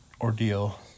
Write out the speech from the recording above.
ordeal